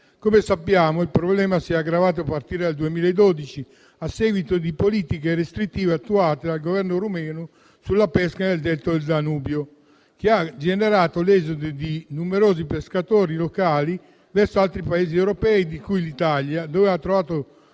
Come sappiamo, il problema si è aggravato a partire dal 2012, a seguito di politiche restrittive attuate dal Governo rumeno sulla pesca nel delta del Danubio, che ha generato l'esodo di numerosi pescatori locali verso altri Paesi europei, fra cui l'Italia, dove hanno trovato